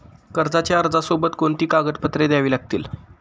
कर्जाच्या अर्जासोबत कोणती कागदपत्रे द्यावी लागतील?